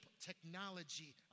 technology